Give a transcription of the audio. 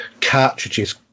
cartridges